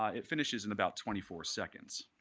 ah it finishes in about twenty four seconds.